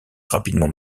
rapidement